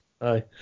Aye